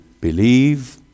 believe